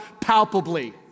palpably